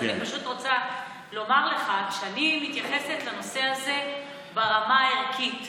אז אני פשוט רוצה לומר לך שאני מתייחסת לנושא הזה ברמה הערכית.